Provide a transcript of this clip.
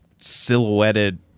silhouetted